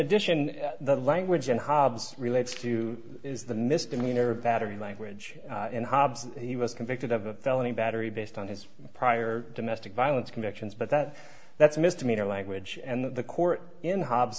addition the language in hobbs relates to the misdemeanor battery language in hobbs he was convicted of a felony battery based on his prior domestic violence convictions but that that's a misdemeanor language and the court in hobbs